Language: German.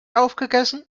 aufgegessen